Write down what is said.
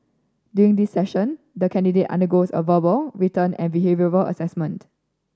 during this session the candidate undergoes a verbal written and behavioural assessment